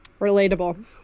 Relatable